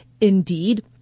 indeed